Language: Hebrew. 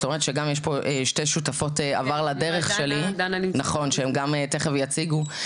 זאת אומרת שגם יש פה שתי שותפות עבר לדרך שלי שהן גם תיכף יציגו.